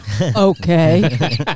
Okay